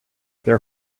their